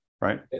right